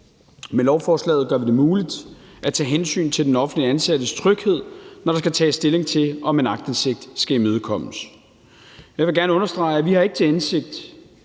Med lovforslaget gør vi det muligt at tage hensyn til den offentligt ansattes tryghed, når der skal tages stilling til, om en aktindsigt skal imødekommes. Jeg vil gerne understrege, at vi ikke har til hensigt